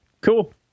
cool